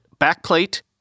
backplate